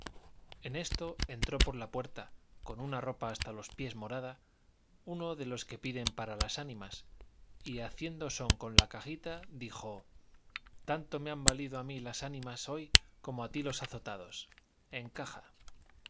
en esto entró por la puerta con una ropa hasta los pies morada uno de los que piden para las ánimas y haciendo son con la cajita dijo tanto me han valido a mí las ánimas hoy como a ti los azotados encaja